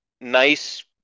nice